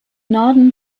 norden